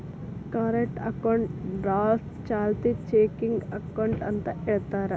current ಅಕೌಂಟ್ನಾ draft ಚಾಲ್ತಿ checking account ಅಂತ ಹೇಳ್ತಾರ